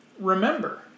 remember